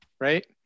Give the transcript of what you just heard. Right